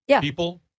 people